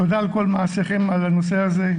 תודה על כל מעשיכם בנושא הזה.